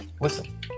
Listen